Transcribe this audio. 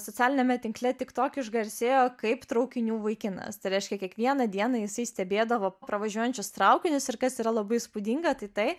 socialiniame tinkle tiktok išgarsėjo kaip traukinių vaikinas tai reiškia kiekvieną dieną jisai stebėdavo pravažiuojančius traukinius ir kas yra labai įspūdinga tai tai